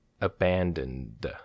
Abandoned